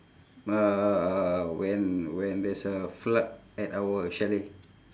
uh when when there's a flood at our chalet